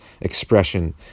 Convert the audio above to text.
expression